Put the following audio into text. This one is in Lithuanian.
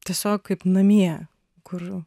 tiesiog kaip namie kur